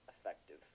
effective